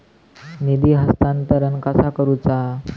निधी हस्तांतरण कसा करुचा?